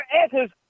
answers